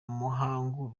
muhangu